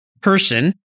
person